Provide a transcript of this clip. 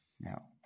Now